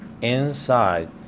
inside